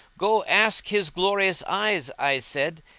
go ask his glorious eyes, i said.